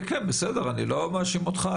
כן, כן, בסדר, אני לא מאשים אותך.